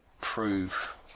prove